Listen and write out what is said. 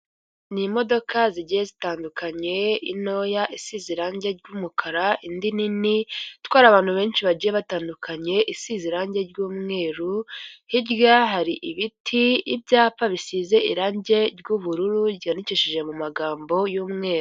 Ni imodoka zigiye zitandukanye intoya isize irangi ry'umukara, indi nini itwara abantu benshi bagiye batandukanye isize irangi ry'umweru, hirya hari ibiti ibyapa bisize irange ry'ubururu ryandikishije mu magambo y'umweru.